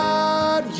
God